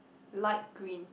light green